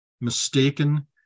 mistaken